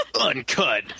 uncut